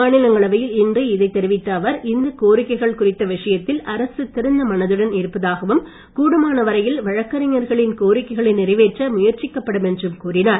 மாநிலங்களவையில் இன்று இதைத் தெரிவித்த அவர் இந்த கோரிக்கைகள் குறித்த விஷயத்தில் அரசு திறந்த மனதுடன் இருப்பதாகவும் கூடுமானவரையில் வழக்கறிஞர்களின் கோரிக்கைகளை நிறைவேற்ற முயற்சிக்கப்படும் என்றும் கூறினார்